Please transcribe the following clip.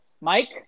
Mike